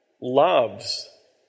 loves